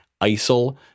ISIL